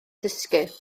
dysgu